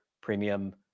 premium